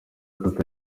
gatatu